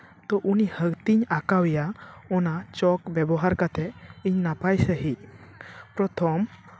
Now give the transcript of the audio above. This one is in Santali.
ᱛᱳ ᱩᱱᱤ ᱦᱟᱹᱛᱤᱧ ᱟᱸᱠᱟᱣᱮᱭᱟ ᱚᱱᱟ ᱪᱚᱠ ᱵᱮᱵᱚᱦᱟᱨ ᱠᱟᱛᱮᱫ ᱤᱧ ᱱᱟᱯᱟᱭ ᱥᱟᱺᱦᱤᱡ ᱯᱨᱚᱛᱷᱚᱢ